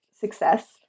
success